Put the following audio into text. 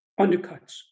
undercuts